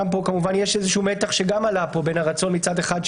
גם פה יש מתח שגם עלה פה בין הרצון מצד אחד,